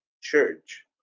church